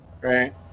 right